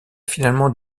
finalement